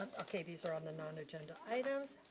okay, these are on the non-agenda items.